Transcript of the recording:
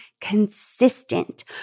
consistent